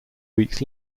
weeks